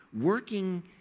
working